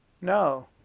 no